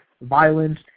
violence